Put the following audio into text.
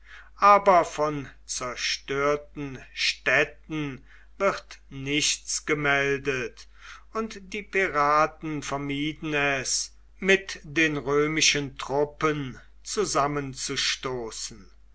aber von zerstörten städten wird nichts gemeldet und die piraten vermieden es mit den römischen truppen zusammenzustoßen